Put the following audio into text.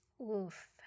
Oof